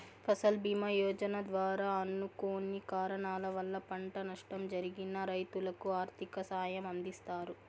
ఫసల్ భీమ యోజన ద్వారా అనుకోని కారణాల వల్ల పంట నష్టం జరిగిన రైతులకు ఆర్థిక సాయం అందిస్తారు